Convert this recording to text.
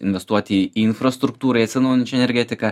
investuoti į infrastruktūrą į atsinaujinančią energetiką